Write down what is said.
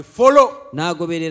follow